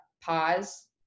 pause